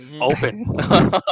open